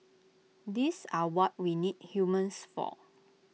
these are what we need humans for